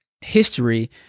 history